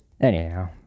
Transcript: anyhow